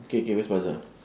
K K west plaza